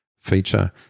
feature